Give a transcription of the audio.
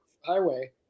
highway